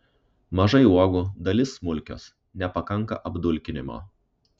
mažai uogų dalis smulkios nepakanka apdulkinimo